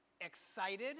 excited